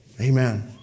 Amen